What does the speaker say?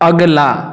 अगला